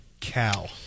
cow